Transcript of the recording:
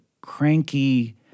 cranky